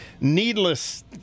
needless